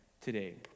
today